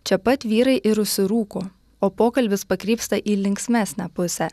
čia pat vyrai ir užsirūko o pokalbis pakrypsta į linksmesnę pusę